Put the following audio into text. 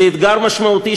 זה אתגר משמעותי,